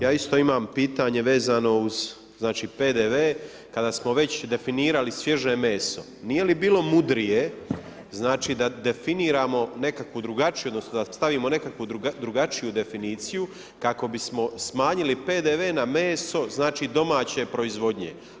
Ja isto imam pitanje vezano uz PDV kada smo već definirali svježe meso, nije li bilo mudrije da definiramo nekakvu drugačiju odnosno da stavimo nekakvu drugačiju definiciju kako bismo smanjili PDV na meso domaće proizvodnje?